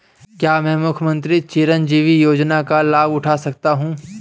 क्या मैं मुख्यमंत्री चिरंजीवी योजना का लाभ उठा सकता हूं?